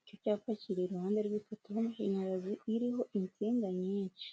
Icyo cyapa kiri iruhande rw'ipoto y'amashanyarazi iriho insinga nyinshi.